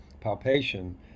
palpation